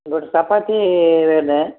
ஒரு சப்பாத்தி வேணும்